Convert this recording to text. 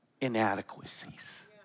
inadequacies